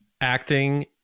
acting